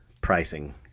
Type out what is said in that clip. pricing